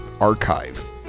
archive